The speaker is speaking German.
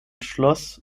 schloss